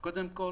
קודם כל